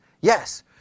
Yes